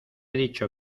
dicho